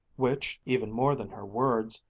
which, even more than her words,